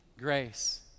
grace